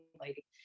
lady